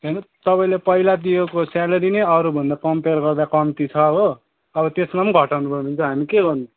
हेर्नु तपाईँले पहिला दिएको सेलेरी नै अरूभन्दा कम्पेयर गर्दा कम्ती छ हो अब त्यसमा पनि घटाउनु भयो भने चाहिँ हामी के गर्नु